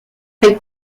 elle